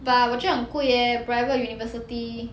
but 我觉得很贵 leh private university